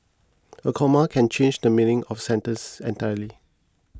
a comma can change the meaning of a sentence entirely